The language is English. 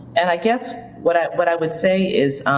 and i guess what ah what i would say is